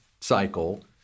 cycle